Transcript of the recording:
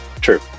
True